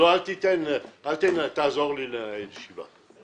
אל תעזור לי לנהל את הישיבה.